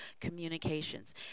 Communications